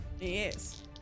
Yes